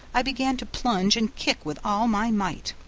i began to plunge and kick with all my might.